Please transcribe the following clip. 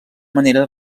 manera